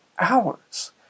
hours